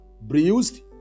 bruised